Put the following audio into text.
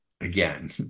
again